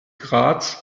graz